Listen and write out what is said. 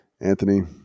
anthony